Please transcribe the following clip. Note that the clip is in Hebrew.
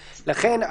לכן,